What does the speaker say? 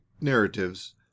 narratives